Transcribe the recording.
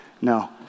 No